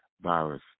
virus